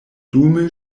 dume